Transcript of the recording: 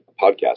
podcast